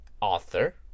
author